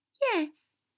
Yes